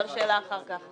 יש לי שאלה למשרד הפנים.